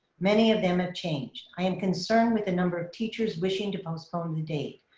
many of them have changed. i am concerned with the number of teachers wishing to postpone the date.